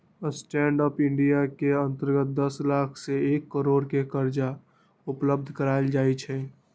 stand up India के अंतर्गत दस लाख से एक करोड़ के करजा उपलब्ध करायल जाइ छइ